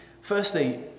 Firstly